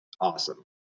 awesome